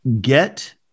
Get